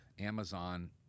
Amazon